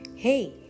Hey